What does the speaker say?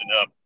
up